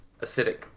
acidic